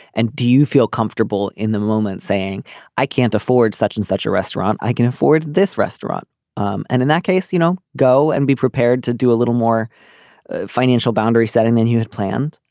and do you feel comfortable in the moment saying i can't afford such and such a restaurant i can afford this restaurant um and in that case you know go and be prepared to do a little more financial boundary setting than you had planned.